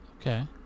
Okay